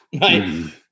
right